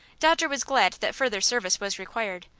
dodger was glad that further service was required,